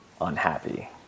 unhappy